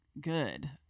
good